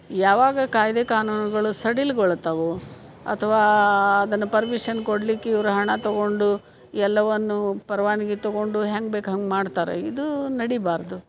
ಯಾವಾಗ ಕಾಯಿದೆ ಕಾನೂನುಗಳು ಸಡಿಲಗೊಳ್ತವೋ ಅಥ್ವಾ ಅದನ್ನ ಪರ್ಮಿಶನ್ ಕೊಡಲಿಕ್ಕೆ ಇವರು ಹಣ ತಗೊಂಡು ಎಲ್ಲವನ್ನೂ ಪರವಾನ್ಗಿ ತಗೊಂಡು ಹೆಂಗೆ ಬೇಕು ಹಂಗೆ ಮಾಡ್ತಾರೆ ಇದು ನಡಿಬಾರದು